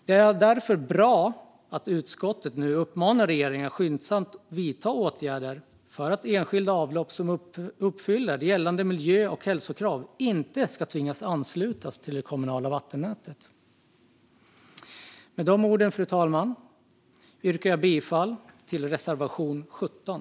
Det är därför bra att utskottet nu vill uppmana regeringen att skyndsamt vidta åtgärder för att enskilda avlopp som uppfyller gällande miljö och hälsokrav inte ska tvingas anslutas till det kommunala vattennätet. Fru talman! Med de orden yrkar jag bifall till reservation 17.